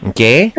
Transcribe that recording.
Okay